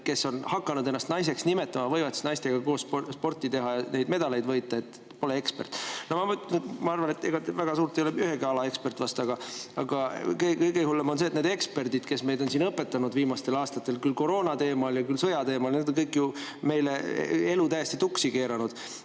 kes on hakanud ennast naiseks nimetama, võivad naistega koos sporti teha ja medaleid võita. Ma arvan, et te ei ole ühegi ala väga suur ekspert vast, aga kõige hullem on see, et kõik need eksperdid, kes meid on siin õpetanud viimastel aastatel küll koroona teemal, küll sõja teemal, on ju meie elu täiesti tuksi keeranud.